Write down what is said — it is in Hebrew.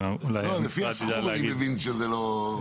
לפי הסכום אני מבין שלא.